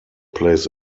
plays